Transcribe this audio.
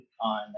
on